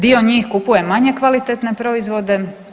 Dio njih kupuje manje kvalitetne proizvode.